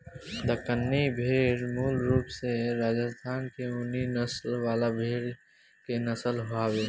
दक्कनी भेड़ मूल रूप से राजस्थान के ऊनी नस्ल वाला भेड़ के नस्ल हवे